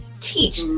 Teach